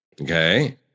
okay